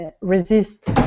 resist